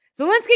Zelensky